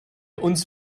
uns